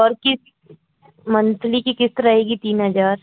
और किस्त मन्थली की किस्त रहेगी तीन हज़ार